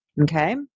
okay